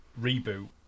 reboot